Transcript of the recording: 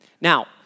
Now